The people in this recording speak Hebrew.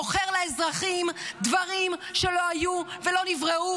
מוכר לאזרחים דברים שלא היו ולא נבראו,